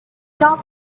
top